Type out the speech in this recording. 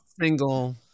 single